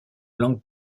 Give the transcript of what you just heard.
langues